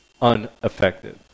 unaffected